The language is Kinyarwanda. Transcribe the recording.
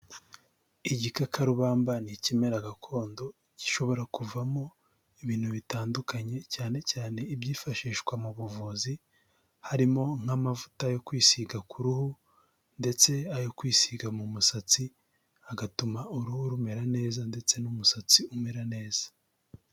Igikakarubamba ni ikimera gakondo gishobora kuvamo ibintu bitandukanye, cyane cyane ibyifashishwa mu buvuzi, harimo nk'amavuta yo kwisiga ku ruhu ndetse ayo kwisiga mu musatsi, agatuma uruhu rumera neza ndetse n'umusatsi umera neza.